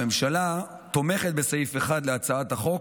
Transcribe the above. הממשלה תומכת בסעיף 1 להצעת החוק,